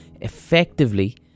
Effectively